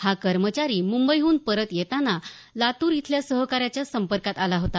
हा कर्मचारी मुंबईहून परत येताना लातूर इथल्या सहकाऱ्याच्या संपर्कात आला होता